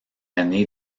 année